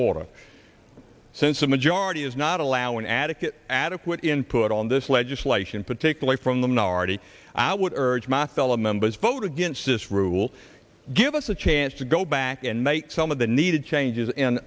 order since the majority is not allow an adequate adequate input on this legislation particularly from the minority i would urge my fellow members vote against this rule give us a chance to go back and make some of the needed changes in